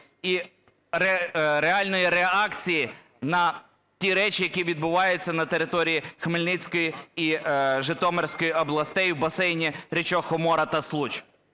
І реальної реакції на ті речі, які відбуваються на території Хмельницької і Житомирської областей, в басейні річок Хомора та Случ.